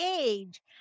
age